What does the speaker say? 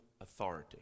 authority